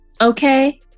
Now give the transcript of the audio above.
Okay